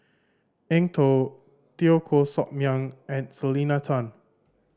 Eng Tow Teo Koh Sock Miang and Selena Tan